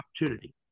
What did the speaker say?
opportunity